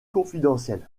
confidentiels